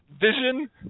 vision